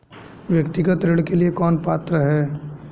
व्यक्तिगत ऋण के लिए कौन पात्र है?